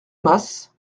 mas